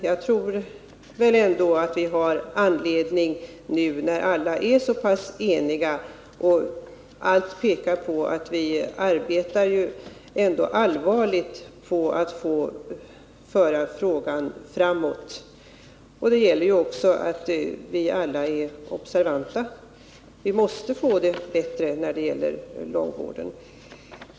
Jag tror att vi har all anledning att göra det nu, när alla är så eniga och när allt pekar på att vi alla försöker föra frågan framåt. Det gäller också för oss att vara observanta — långvården måste bli bättre.